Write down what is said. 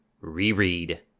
reread